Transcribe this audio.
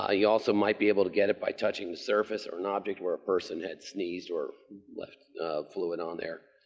ah you also might be able to get it by touching the surface or an object where a person had sneezed or left fluid on there,